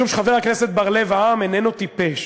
משום, חבר הכנסת בר-לב, שהעם איננו טיפש,